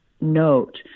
note